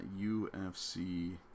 UFC